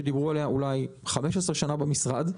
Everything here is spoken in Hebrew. שדיברו עליה אולי 15 שנים במשרד,